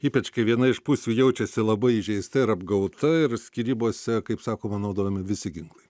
ypač kai viena iš pusių jaučiasi labai įžeista ir apgauta ir skyrybose kaip sakoma naudojami visi ginklai